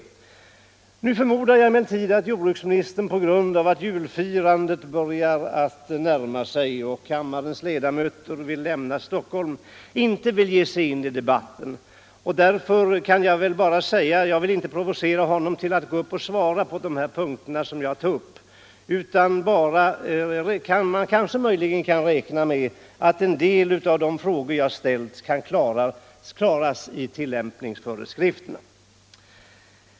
Jag förmodar emellertid att jordbruksministern på grund av att julfirandet närmar sig och kammarens ledamöter skall lämna Stockholm inte vill ge sig in i debatten. Jag vill inte provocera honom att gå upp och svara, men man kanske kan räkna med att en del av de frågor som jag ställt kan klaras i tillämpningsföreskrifterna.